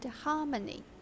Harmony